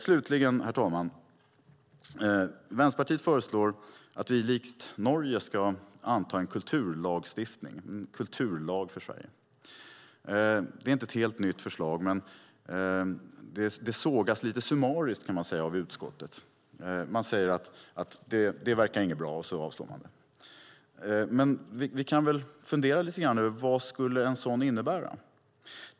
Slutligen, herr talman, föreslår Vänsterpartiet att vi likt Norge ska anta en kulturlag för Sverige. Det är inte ett helt nytt förslag. Det sågas lite summariskt av utskottet. Man säger att det inte verkar bra och avstyrker det. Men vi kan väl fundera lite grann över vad en kulturlag skulle innebära.